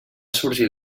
sorgir